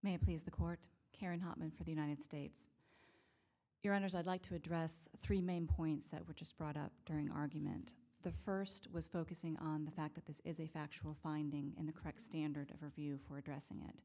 please the court karen hartmann for the united states your honors i'd like to address three main points that were just brought up during argument the first was focusing on the fact that this is a factual finding in the crack standard of review for addressing it